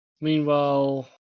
Meanwhile